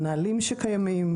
הנהלים שקיימים,